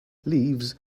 leaves